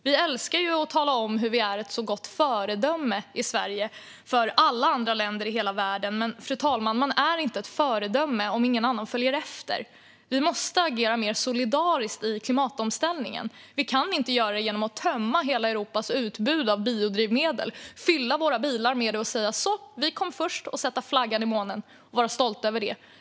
Vi älskar ju att tala om vilket gott föredöme vi i Sverige är för alla andra länder i hela världen, men man är inte ett föredöme om ingen annan följer efter. Vi måste agera mer solidariskt i klimatomställningen. Det kan vi inte göra genom att tömma hela Europas utbud av biodrivmedel, fylla våra bilar med det och säga "så, vi kom först!" och sätta flaggan i månen och vara stolta över det.